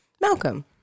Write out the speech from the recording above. malcolm